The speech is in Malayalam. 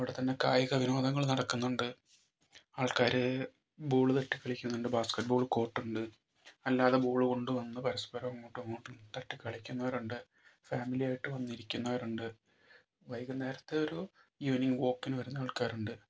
അവിടെത്തന്നെ കായിക വിനോദങ്ങൾ നടക്കുന്നുണ്ട് ആൾക്കാർ ബോൾ തട്ടി കളിക്കുന്നുണ്ട് ബാസ്ക്കറ്റ് ബോൾ കോർട്ടുണ്ട് അല്ലാതെ ബോൾ കൊണ്ടുവന്ന് പരസ്പരം അങ്ങോട്ടും ഇങ്ങോട്ടും തട്ടിക്കളിക്കുന്നവരുണ്ട് ഫാമിലിയായിട്ട് വന്നിരിക്കുന്നവരുണ്ട് വൈകുന്നേരത്തെ ഒരു ഈവെനിംഗ് വോക്കിന് വരുന്ന ആൾക്കാരുണ്ട്